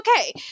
okay